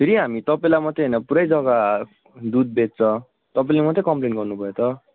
फेरि हामी तपाईँलाई मात्रै होइन पुरै जग्गा दुध बेच्छ तपाईँले मात्रै कम्प्लेन गर्नु भयो त